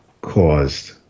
caused